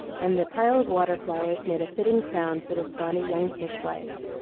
and the pile of water flowers made a fitting crown for this bonny young fish-wife.